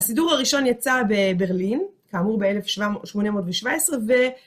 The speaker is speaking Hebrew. הסידור הראשון יצא בברלין, כאמור ב-1817, ו...